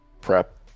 prep